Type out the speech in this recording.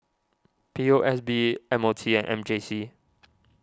P O S B M O T and M J C